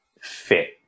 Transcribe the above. fit